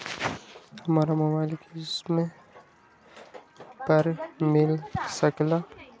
हमरा मोबाइल किस्त पर मिल सकेला?